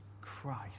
Christ